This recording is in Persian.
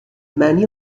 معنی